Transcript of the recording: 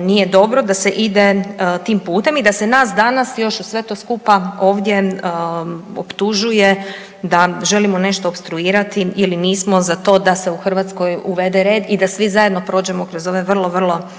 nije dobro, da se ide tim putem i da se nas danas još uz sve to skupa ovdje optužuje da želimo nešto opstruirati ili nismo za to da se u Hrvatskoj uvede red i da svi zajedno prođemo kroz ove vrlo, vrlo